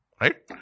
Right